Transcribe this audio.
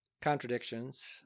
contradictions